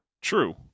true